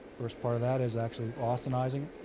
first part of that is actually austenizing